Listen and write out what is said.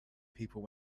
people